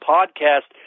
Podcast